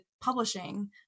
publishing